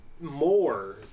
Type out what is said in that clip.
more